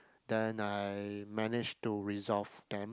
then I managed to resolve them